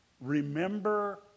Remember